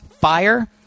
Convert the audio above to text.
fire